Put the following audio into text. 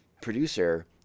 producer